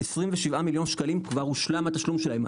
27 מיליון שקלים כבר הושלם התשלום שלהם,